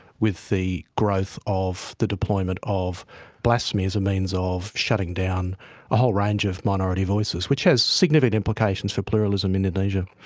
with the growth of the deployment of blasphemy as a means of shutting down a whole range of minority voices, which has significant implications for pluralism in indonesia.